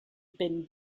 been